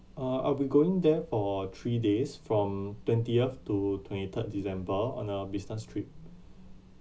uh I'll be going there for three days from twentieth to twenty third december on a business trip